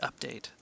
Update